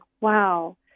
wow